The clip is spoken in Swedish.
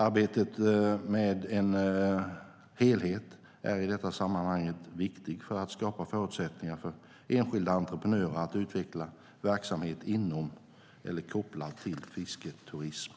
Arbetet med en helhet är i detta sammanhang viktigt för att skapa förutsättningar för enskilda entreprenörer att utveckla verksamhet inom eller kopplad till fisketurism.